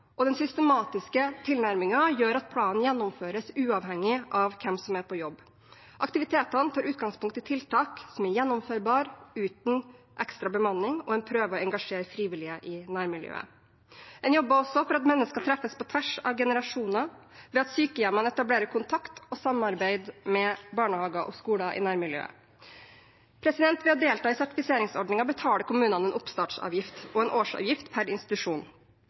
og den systematiske tilnærmingen gjør at planen gjennomføres uavhengig av hvem som er på jobb. Aktivitetene tar utgangspunkt i tiltak som er gjennomførbare uten ekstra bemanning, og en prøver å engasjere frivillige i nærmiljøet. En jobber også for at mennesker treffes på tvers av generasjoner, ved at sykehjemmene etablerer kontakt og samarbeid med barnehager og skoler i nærmiljøet. Ved å delta i sertifiseringsordningen betaler kommunene en oppstartsavgift og en årsavgift per institusjon.